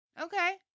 Okay